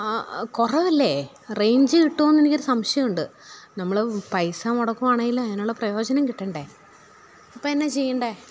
കുറവല്ലേ റേയ്ഞ്ച് കിട്ടുമോ എന്ന് എനിക്ക് ഒരു സംശയം ഉണ്ട് നമ്മൾ പൈസ മുടക്കുകയാണെങ്കിൽ അതിനുള്ള പ്രയോജനം കിട്ടേണ്ടേ അപ്പം എന്താ ചെയ്യേണ്ടത്